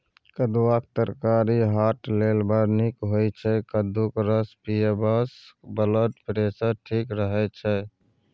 कद्दुआक तरकारी हार्ट लेल बड़ नीक होइ छै कद्दूक रस पीबयसँ ब्लडप्रेशर ठीक रहय छै